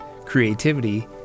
creativity